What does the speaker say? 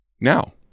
Now